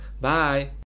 Bye